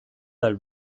del